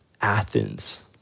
Athens